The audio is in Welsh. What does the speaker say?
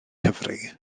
cyfri